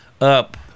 up